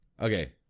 Okay